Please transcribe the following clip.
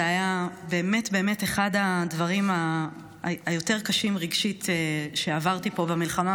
זה היה באמת באמת אחד הדברים היותר קשים רגשית שעברתי פה במלחמה,